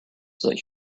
that